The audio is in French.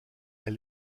est